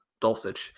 Dulcich